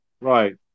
Right